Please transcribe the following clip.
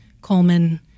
Coleman